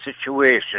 situation